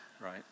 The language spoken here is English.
right